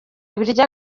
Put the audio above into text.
birya